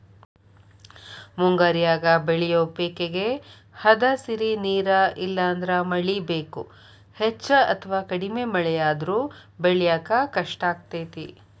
ಮುಂಗಾರ್ಯಾಗ ಬೆಳಿಯೋ ಪೇಕೇಗೆ ಹದಸಿರಿ ನೇರ ಇಲ್ಲಂದ್ರ ಮಳಿ ಬೇಕು, ಹೆಚ್ಚ ಅಥವಾ ಕಡಿಮೆ ಮಳೆಯಾದ್ರೂ ಬೆಳ್ಯಾಕ ಕಷ್ಟಾಗ್ತೇತಿ